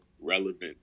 relevant